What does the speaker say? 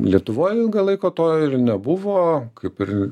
lietuvoj ilgą laiką to ir nebuvo kaip ir